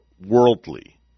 worldly